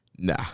Nah